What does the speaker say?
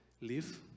live